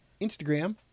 Instagram